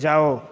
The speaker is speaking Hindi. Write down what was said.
जाओ